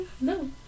No